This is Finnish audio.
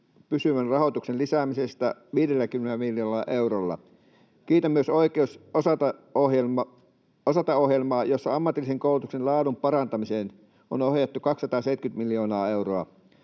pysyvän rahoituksen lisäämisestä 50 miljoonalla eurolla. Kiitän myös Oikeus osata ‑ohjelmasta, jossa ammatillisen koulutuksen laadun parantamiseen on ohjattu 270 miljoonaa euroa